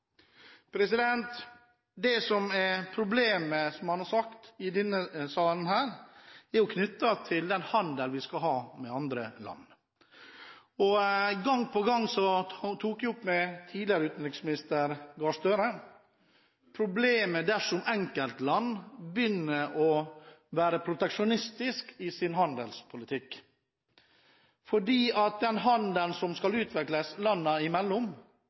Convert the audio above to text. Det som er problemet i denne salen, er knyttet til den handelen vi skal ha med andre land. Gang på gang tok jeg opp med tidligere utenriksminister Gahr Støre problemet som ville oppstå dersom enkeltland begynner å være proteksjonistisk i sin handelspolitikk, for den handelen som skal utvikles landene imellom,